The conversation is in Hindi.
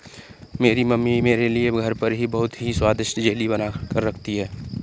मेरी मम्मी मेरे लिए घर पर ही बहुत ही स्वादिष्ट जेली बनाकर रखती है